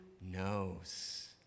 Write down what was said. knows